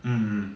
mm mm